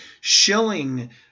shilling